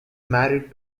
married